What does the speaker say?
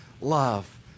love